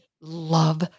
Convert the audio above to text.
love